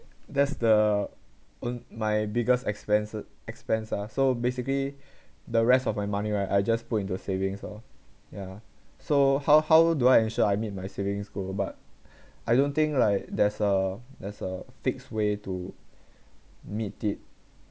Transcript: that's the on my biggest expens~ expense lah so basically the rest of my money right I just put into savings oh yeah so how how do I ensure I meet my savings goal but I don't think like there's a there's a fix way to meet it